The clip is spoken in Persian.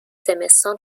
زمستان